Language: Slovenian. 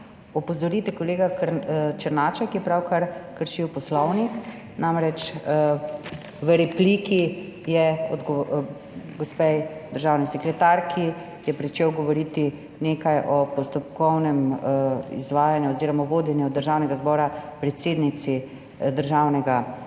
opozorite kolega Černača, ki je pravkar kršil Poslovnik, namreč v repliki je gospe državni sekretarki pričel govoriti nekaj o postopkovnem izvajanju oziroma vodenju Državnega zbora predsednice Državnega